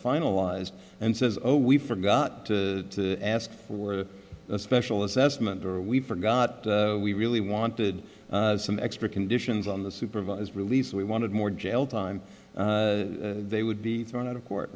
finalized and says oh we forgot to ask for a special assessment or we forgot we really wanted some extra conditions on the supervised release we wanted more jail time they would be thrown out of court